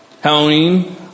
Halloween